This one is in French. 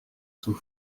sous